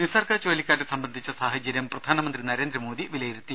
നിസർഗ ചുഴലിക്കാറ്റ് സംബന്ധിച്ച സാഹചര്യം പ്രധാനമന്ത്രി നരേന്ദ്രമോദി വിലയിരുത്തി